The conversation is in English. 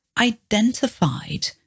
identified